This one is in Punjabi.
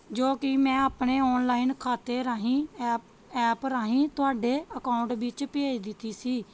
ਜੋ ਕਿ ਮੈਂ ਆਪਣੇ ਔਨਲਾਈਨ ਖਾਤੇ ਰਾਹੀਂ ਐਪ ਐਪ ਰਾਹੀਂ ਤੁਹਾਡੇ ਅਕਾਊਂਟ ਵਿੱਚ ਭੇਜ ਦਿੱਤੀ ਸੀ